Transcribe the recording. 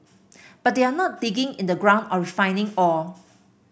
but they're not digging in the ground or refining ore